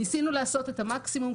ניסינו לעשות את המקסימום,